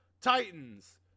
Titans